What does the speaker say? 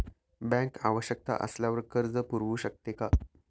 Bank आवश्यकता असल्यावर कर्ज पुरवू शकते का?